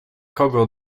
kogo